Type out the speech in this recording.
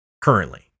currently